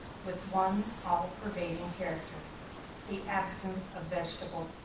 with one all-pervading character the absence of vegetable,